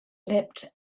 leapt